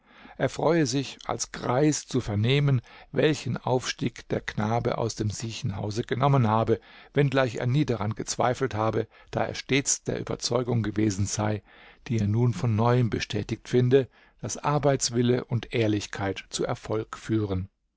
er freue sich als greis zu vernehmen welchen aufstieg der knabe aus dem siechenhause genommen habe wenngleich er nie daran gezweifelt habe da er stets der überzeugung gewesen sei die er nun von neuem bestätigt finde daß arbeitswille und ehrlichkeit zu erfolg führen